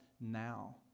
now